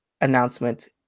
announcement